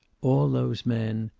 all those men,